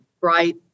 right